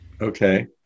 Okay